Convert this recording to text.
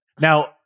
now